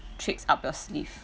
tricks up your sleeve